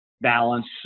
balance